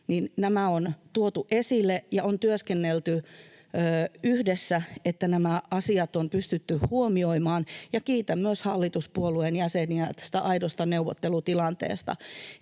on tuotu esille ja on työskennelty yhdessä niin, että nämä asiat on pystytty huomioimaan, ja kiitän myös hallituspuolueiden jäseniä tästä aidosta neuvottelutilanteesta.